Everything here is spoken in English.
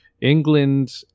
England